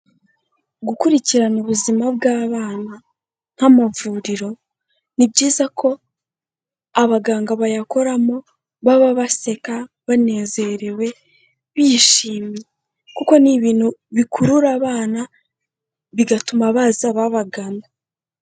Gukurikirana ubuzima bw'abana nk'amavuriro, ni byiza ko abaganga bayakoramo baba baseka banezerewe bishimye, kuko ni ibintu bikurura abana bigatuma baza babagana.